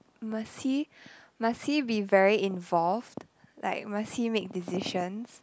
must he must he be very involved like must he make decisions